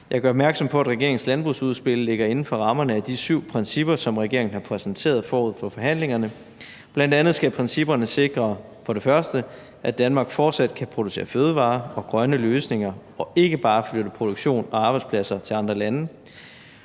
Jeg gør opmærksom på, at regeringens landbrugsudspil ligger inden for rammerne af de syv principper, som regeringen har præsenteret forud for forhandlingerne. Bl.a. skal principperne sikre, at Danmark fortsat kan producere fødevarer og grønne løsninger og ikke bare flytter produktion og arbejdspladser til andre lande;